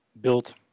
built